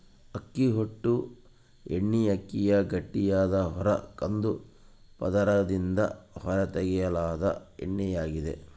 ಅಕ್ಕಿ ಹೊಟ್ಟು ಎಣ್ಣೆಅಕ್ಕಿಯ ಗಟ್ಟಿಯಾದ ಹೊರ ಕಂದು ಪದರದಿಂದ ಹೊರತೆಗೆಯಲಾದ ಎಣ್ಣೆಯಾಗಿದೆ